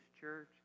church